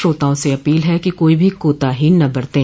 श्रोताओं से अपील है कि कोई भी कोताही न बरतें